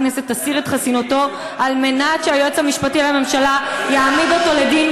הכנסת תסיר את חסינותו על מנת שהיועץ המשפטי לממשלה יעמיד אותו לדין.